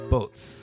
Boats